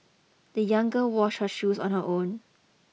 the young girl washed her shoes on her own